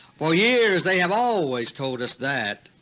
for years they have always told us that,